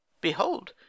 behold